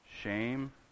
shame